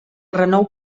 renou